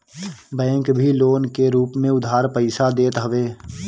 bank भी loan के रूप में उधार पईसा देत हवे